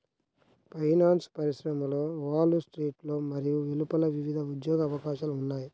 finance పరిశ్రమలో Wall స్ట్రీట్లో మరియు వెలుపల వివిధ ఉద్యోగ అవకాశాలు ఉన్నాయి